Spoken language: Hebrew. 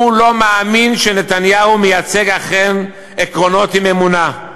הוא לא מאמין שנתניהו מייצג אכן עקרונות עם אמונה.